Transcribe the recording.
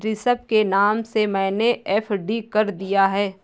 ऋषभ के नाम से मैने एफ.डी कर दिया है